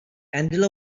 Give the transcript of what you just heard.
angela